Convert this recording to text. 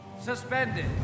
suspended